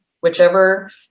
whichever